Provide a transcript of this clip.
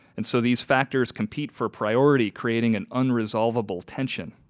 and so these factors compete for priority creating an unresolvable tension.